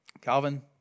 Calvin